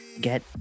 get